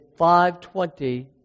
520